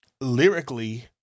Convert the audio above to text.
lyrically